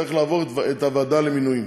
יצטרך לעבור את הוועדה למינויים,